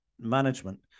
management